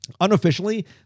Unofficially